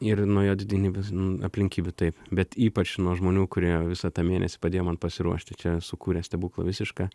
ir nuo jo didenybės aplinkybių taip bet ypač nuo žmonių kurie visą tą mėnesį padėjo man pasiruošti čia sukūrė stebuklą visišką